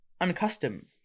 unaccustomed